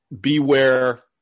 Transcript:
beware